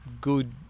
good